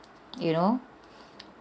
you know